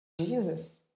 Jesus